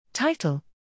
Title